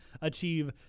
achieve